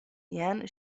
jen